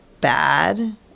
bad